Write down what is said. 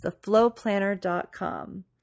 theflowplanner.com